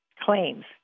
claims